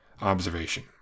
observation